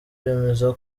yemeza